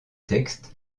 texte